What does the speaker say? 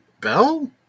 Bell